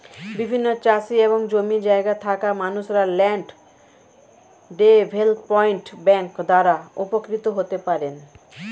বিভিন্ন চাষি এবং জমি জায়গা থাকা মানুষরা ল্যান্ড ডেভেলপমেন্ট ব্যাংক দ্বারা উপকৃত হতে পারেন